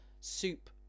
soup